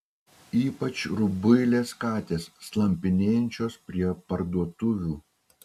ypač rubuilės katės slampinėjančios prie parduotuvių